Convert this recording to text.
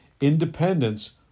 Independence